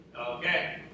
Okay